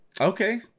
Okay